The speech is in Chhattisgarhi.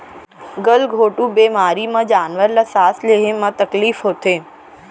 गल घोंटू बेमारी म जानवर ल सांस लेहे म तकलीफ होथे